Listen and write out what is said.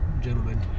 gentlemen